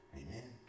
amen